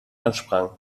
ansprangen